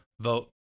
vote